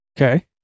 Okay